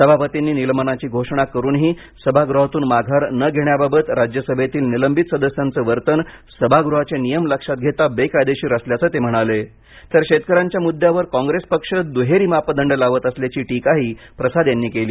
सभापतींनी निलंबनाची घोषणा करूनही सभागृहातून माघार न घेण्याबाबत राज्यसभेतील निलंबित सदस्यांचे वर्तन सभागृहाचे नियम लक्षात घेता बेकायदेशीर असल्याचं ते म्हणाले तर शेतकऱ्यांच्या मुद्यावर कॉंग्रेस पक्ष दुहेरी मापदंड लावत असल्याची टीकाही प्रसाद यांनी केली